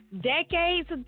Decades